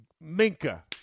Minka